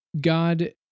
God